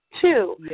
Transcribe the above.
Two